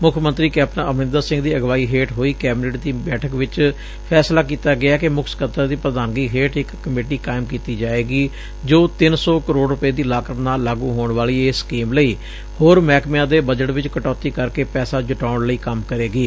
ਮੁੱਖ ਮੰਤਰੀ ਕੈਪਟਨ ਅਮਰਿੰਦਰ ਸਿੰਘ ਦੀ ਅਗਵਾਈ ਹੇਠ ਹੋਈ ਕੈਬਨਿਟ ਦੀ ਬੈਠਕ ਚ ਫੈਸਲਾ ਕੀਤਾ ਗਿਐ ਕਿ ਮੁਖ ਸਕੱਤਰ ਦੀ ਪ੍ਧਾਨਗੀ ਹੇਠ ਇਕ ਕਮੇਟੀ ਕਾਇਮ ਕੀਤੀ ਜਾਏਗੀ ਜੋ ਤਿੰਨ ਸੌ ਕਰੋੜ ਰੁਪੈ ਦੀ ਲਾਗਤ ਨਾਲ ਲਾਗੂ ਹੋਣ ਵਾਲੀ ਇਸ ਸਕੀਮ ਲਈ ਹੋਰ ਮਹਿਕਮਿਆਂ ਦੇ ਬਜਟ ਚ ਕਟੌਤੀ ਕਰ ਕੇ ਪੈਸਾ ਜੁਟਾਉਣ ਲਈ ਕੰਮ ਕਰੇਗੀ